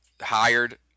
hired